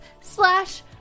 slash